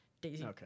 Daisy